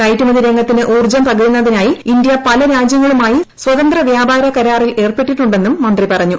കയറ്റുമതിരംഗത്തിന് ഊർജ്ജം പകരുന്നതിനായി ഇന്ത്യ പല രാജ്യങ്ങളുമായി സ്വതന്ത്ര വ്യാപാര കരാറിൽ ഏർപ്പെട്ടിട്ടുണ്ടെന്നും മന്ത്രി പറഞ്ഞു